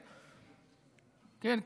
כן,